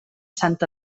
sant